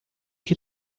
que